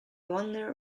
wonder